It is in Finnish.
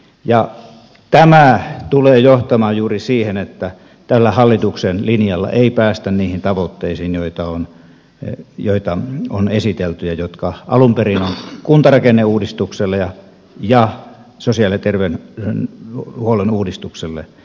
ja tämä tulee johtamaan juuri siihen että tällä hallituksen linjalla ei päästä niihin tavoitteisiin joita on esitelty ja jotka alun perin on kuntarakenneuudistukselle ja sosiaali ja terveydenhuollon uudistukselle asetettu